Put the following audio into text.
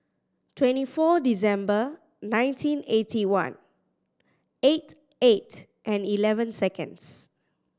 twenty four December nineteen eighty one eight eight and eleven seconds